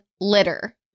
litter